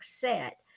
set